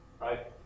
right